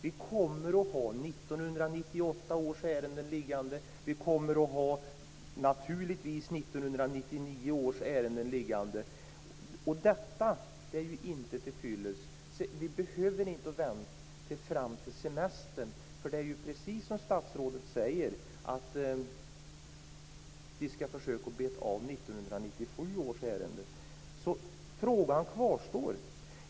Vi kommer att ha 1998 års ärenden liggande, och naturligtvis kommer vi också att ha 1999 års ärenden liggande. Detta är ju inte tillfyllest. Vi behöver inte vänta ända fram till semestern. Det är ju, precis som statsrådet säger, 1997 års ärenden som man skall försöka beta av nu. Frågan kvarstår alltså.